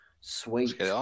Sweet